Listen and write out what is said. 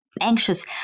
Anxious